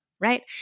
right